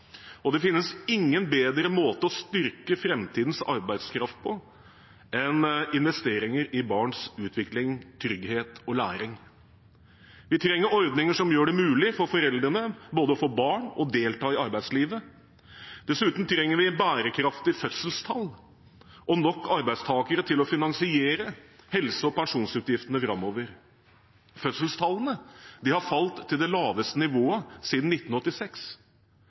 og det finnes ingen bedre måte å styrke framtidens arbeidskraft på enn investeringer i barns utvikling, trygghet og læring. Vi trenger ordninger som gjør det mulig for foreldrene både å få barn og å delta i arbeidslivet. Dessuten trenger vi bærekraftige fødselstall og nok arbeidstakere til å finansiere helse- og pensjonsutgiftene framover. Fødselstallene har falt til det laveste nivået siden 1986.